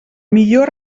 millor